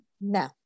no